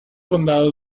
condado